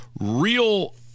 real